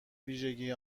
ویژگیهای